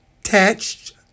attached